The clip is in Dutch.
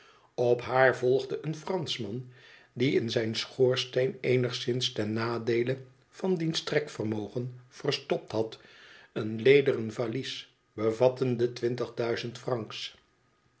op haar volgde een franschman die in zijn schoorsteen eenigszins ten nadeele van diens trekvermogen verstopt had een lederen valies bevattende twintig duizend franks